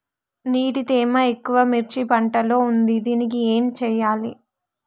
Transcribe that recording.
నీటి తేమ ఎక్కువ మిర్చి పంట లో ఉంది దీనికి ఏం చేయాలి?